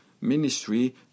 ministry